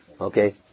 okay